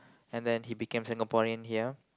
and then he became Singaporean here